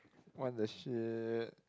what the shit